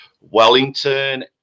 wellington